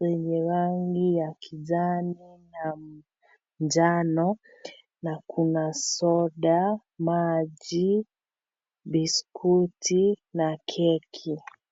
zenye rangi ya kijani na manjano na kuna soda, maji, biskuti na keki.